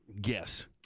Guess